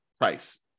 price